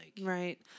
Right